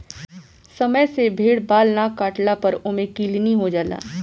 समय से भेड़ बाल ना काटला पर ओमे किलनी हो जाला